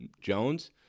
Jones